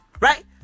Right